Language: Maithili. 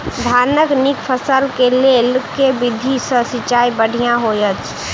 धानक नीक फसल केँ लेल केँ विधि सँ सिंचाई बढ़िया होइत अछि?